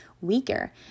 weaker